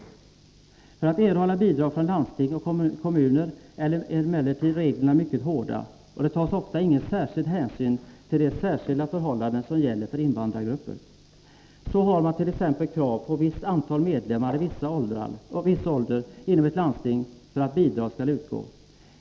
Reglerna för vilka som kan erhålla bidrag från landsting och kommuner är emellertid mycket hårda, och det tas ofta ingen särskild hänsyn till de speciella förhållanden som gäller för invandrargrupper. Så har man t.ex. krav på ett bestämt antal medlemmar i viss ålder inom ett landsting för att bidrag skall utgå.